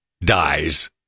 dies